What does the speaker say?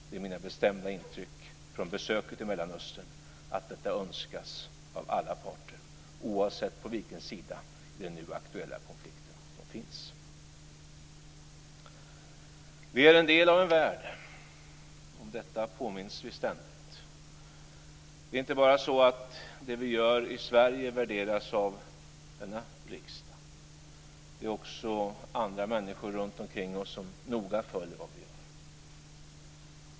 Det är mitt bestämda intryck från besöket i Mellanöstern att det önskas av alla parter, oavsett på vilken sida de finns i den nu aktuella konflikten. Vi är en del av en värld - om detta påminns vi ständigt. Det är inte så att det vi gör i Sverige värderas av denna riksdag, det är också andra människor runt omkring oss som noga följer vad vi gör.